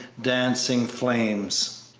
dancing flames.